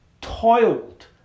toiled